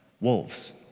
wolves